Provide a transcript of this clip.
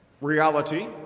reality